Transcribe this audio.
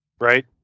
right